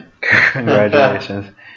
congratulations